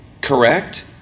correct